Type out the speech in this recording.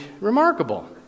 remarkable